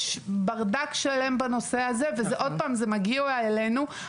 יש ברדק שלם בנושא הזה וזה עוד פעם זה מגיע אלינו,